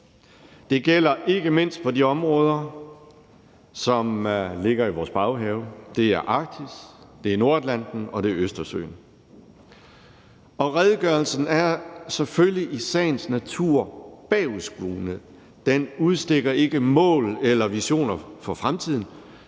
Det gælder ikke mindst på de områder, som ligger i vores baghave. Det er Arktis, det er Nordatlanten, og det er Østersøen. Redegørelsen er selvfølgelig i sagens natur bagudskuende. Den udstikker ikke mål eller visioner for fremtiden,